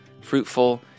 fruitful